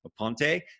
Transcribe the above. Aponte